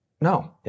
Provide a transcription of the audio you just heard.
No